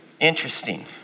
Interesting